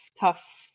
tough